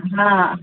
हँ